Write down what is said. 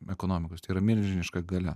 ekonomikos tai yra milžiniška galia